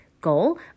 goal